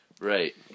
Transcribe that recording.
Right